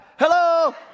Hello